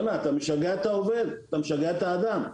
אתה משגע את העובד, אתה משגע את האדם.